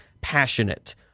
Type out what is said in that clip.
passionate